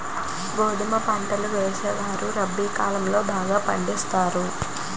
గోధుమ పంటలను వేసేవారు రబి కాలం లో బాగా పండించుతారు